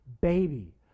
baby